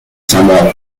somewhat